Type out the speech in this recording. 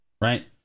right